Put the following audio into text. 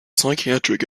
psychiatric